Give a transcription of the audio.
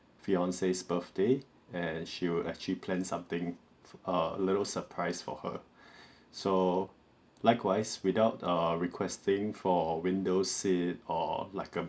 fiance's birthday and she would actually plan something for a little surprise for her so likewise without err requesting for window seat or like a